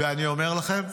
אני אומר לכם,